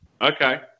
Okay